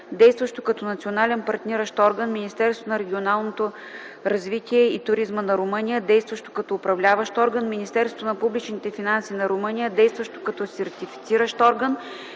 действащо като Национален партниращ орган, Министерството на регионалното развитие и туризма на Румъния, действащо като Управляващ орган, Министерството на публичните финанси на Румъния, действащо като Сертифициращ орган,